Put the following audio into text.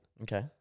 Okay